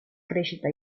crescita